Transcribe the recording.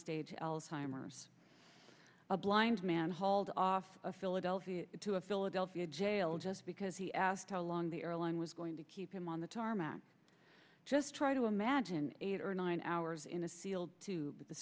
stage alzheimer's a blind man hauled off to philadelphia to a philadelphia jail just because he asked how long the irlen was going to keep him on the tarmac just try to imagine eight or nine hours in a seal